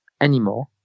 anymore